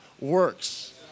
works